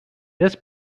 this